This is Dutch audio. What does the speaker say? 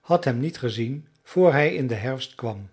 had hem niet gezien voor hij in den herfst kwam